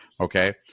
Okay